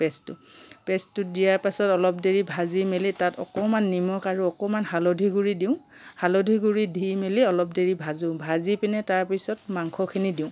পেষ্টটোত পেষ্টটো দিয়াৰ পাছত অলপ দেৰি ভাজি মেলি তাত অকণমান নিমখ আৰু অকণমান হালধি গুড়ি দিওঁ হালধি গুড়ি দি মেলি অলপ দেৰি ভাজো ভাজিকিনে তাৰপিছত মাংসখিনি দিওঁ